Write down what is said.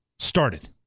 Started